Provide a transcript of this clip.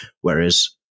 Whereas